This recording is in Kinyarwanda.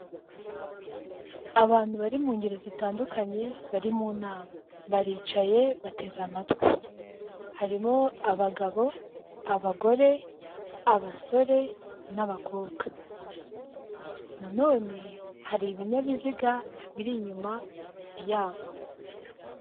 Abantu bari mu ngeri zitandukanye, bari mu nama. Baricaye, bateze amatwi. Harimo abagabo, bagore, abasore, n'abakobwa. Na none, hari ibinyabiziga biri inyuma yabo.